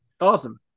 awesome